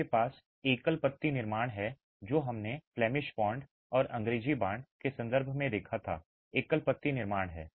आपके पास एकल पत्ती निर्माण हैं जो हमने फ्लेमिश बांड और अंग्रेजी बांड के संदर्भ में देखा था एकल पत्ती निर्माण हैं